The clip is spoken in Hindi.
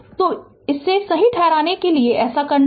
तो इसे सही ठहराने के लिए ऐसा करना होगा